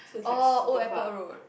oh Old Airport Road